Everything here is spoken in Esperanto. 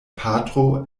patro